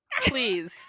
please